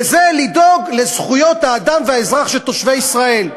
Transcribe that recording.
וזה לדאוג לזכויות האדם והאזרח של תושבי ישראל.